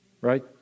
right